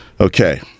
Okay